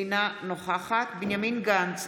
אינה נוכחת בנימין גנץ,